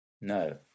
No